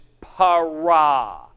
para